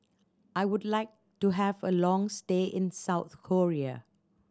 I would like to have a long stay in South Korea